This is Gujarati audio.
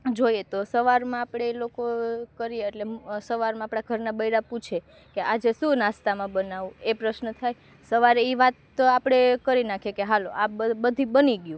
જોઈએ તો સવારમાં આપણે એ લોકો કરીએ એટલે સવારમાં આપણા ઘરના બૈરા પૂછે કે આજે શું નાસ્તામાં બનાવવું એ પ્રશ્ન થાય સવારે એ વાત તો આપણે કરી નાંખીએ કે હાલો આ બધુ બની ગયું